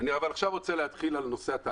אבל עכשיו אני רוצה לדבר על התהליכים.